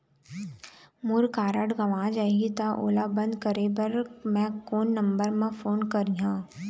मोर card गंवा जाही त ओला बंद करें बर मैं कोन नंबर म फोन करिह?